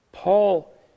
Paul